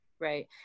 Right